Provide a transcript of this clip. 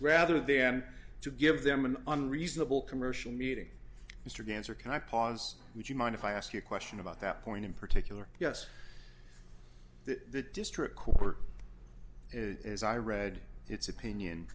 rather then to give them an unreasonable commercial meeting mr ganser can i pause would you mind if i ask you a question about that point in particular yes the district court as i read its opinion